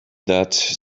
that